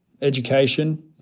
education